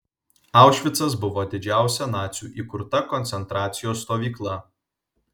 aušvicas buvo didžiausia nacių įkurta koncentracijos stovykla